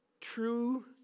true